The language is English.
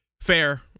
fair